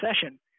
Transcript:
session